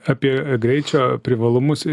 apie greičio privalumus ir trūkumus